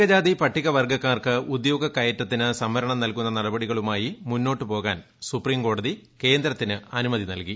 പട്ടികജാതി പട്ടികവർഗ്ഗക്കാർക്ക് ഉദ്യോഗ കയറ്റത്തിന് സംവരണം നൽകൂന്ന നടപടികളുമായി മൂന്നോട്ട് പോകാൻ സൂപ്രീംകോടതി കേന്ദ്രത്തിന് അനുമതി നൽകി